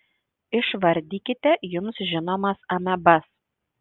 išvardykite jums žinomas amebas